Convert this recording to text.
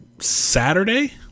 Saturday